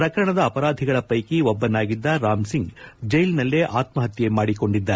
ಪ್ರಕರಣದ ಅಪರಾಧಿಗಳ ಷ್ಟೆಕಿ ಒಬ್ಬನಾಗಿದ್ದ ರಾಮ್ಸಿಂಗ್ ಜೈಲ್ನಲ್ಲೆ ಅತ್ತಪತ್ತೆ ಮಾಡಿಕೊಂಡಿದ್ದ